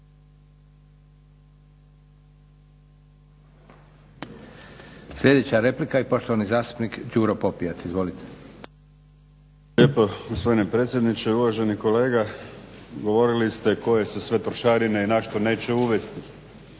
Sljedeća replika i poštovani zastupnik Đuro Popijač. Izvolite. **Popijač, Đuro (HDZ)** Hvala lijepo, gospodine predsjedniče. Uvaženi kolega, govorili ste koje se sve trošarine i na što neće uvest.